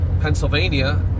Pennsylvania